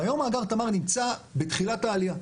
והיום מאגר תמר נמצא בתחילת העלייה,